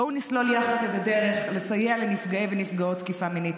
בואו נסלול יחד דרך לסייע לנפגעי ונפגעות תקיפה מינית.